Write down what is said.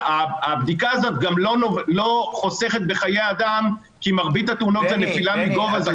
הבדיקה הזאת גם לא חוסכת בחיי אדם כי מרבית התאונות זה נפילה מגובה,